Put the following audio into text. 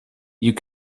you